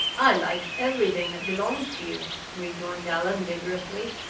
i like everything that belongs to you, rejoined allan, vigorously.